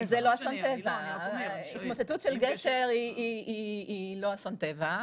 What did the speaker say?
התמוטטות של גשר היא לא אסון טבע,